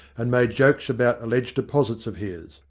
and made jokes about alleged deposits of his.